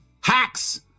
hacks